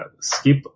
skip